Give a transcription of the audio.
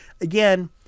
again